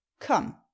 come